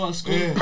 school